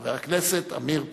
חבר הכנסת עמיר פרץ.